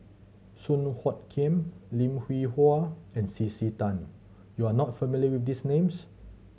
Song Hoot Kiam Lim Hwee Hua and C C Tan you are not familiar with these names